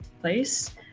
place